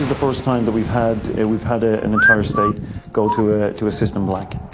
first time that we've had and we've had ah an entire state go to ah to a system black.